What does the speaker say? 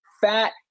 fat